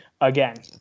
again